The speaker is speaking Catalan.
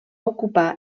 ocupar